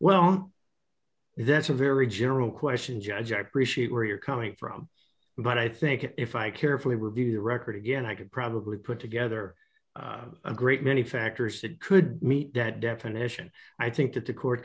well that's a very general question judge i appreciate where you're coming from but i think if i carefully review the record again i could probably put together a great many factors that could meet that definition i think th